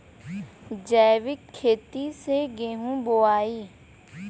जैविक खेती से गेहूँ बोवाई